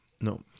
no